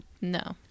No